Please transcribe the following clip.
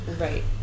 Right